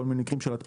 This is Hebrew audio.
מה זה בית